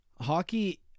hockey